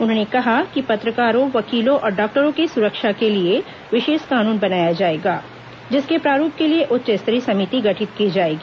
उन्होंने कहा कि पत्रकारों वकीलों और डॉक्टरों के सुरक्षा के लिए विशेष कानून बनाया जाएगा जिसके प्रारूप के लिए उच्च स्तरीय समिति गठित की जाएगी